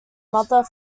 mother